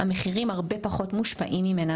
המחירים בפועל הרבה פחות מושפעים ממנה,